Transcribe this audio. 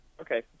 Okay